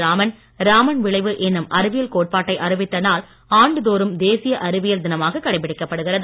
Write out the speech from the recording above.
ராமன் ராமன் விளைவு என்னும் அறிவியல் கோட்பாட்டை அறிவித்த நாள் ஆண்டுதோறும் தேசிய அறிவியல் தினமாகக் கடை பிடிக்கப்படுகிறது